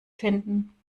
finden